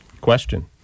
question